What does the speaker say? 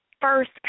first